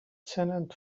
tenant